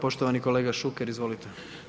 Poštovani kolega Šuker, izvolite.